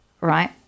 right